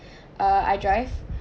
uh I drive